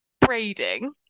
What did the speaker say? braiding